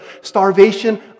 starvation